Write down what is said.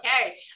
okay